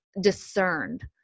discerned